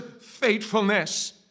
faithfulness